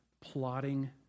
plotting